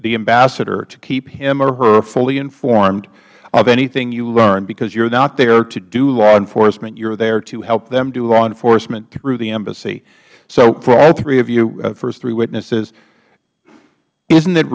he ambassador to keep him or her fully informed of anything you learn because you're not there to do law enforcement you're there to help them do law enforcement through the embassy so for all three of you first three witnesses isn't